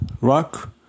rock